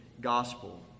gospel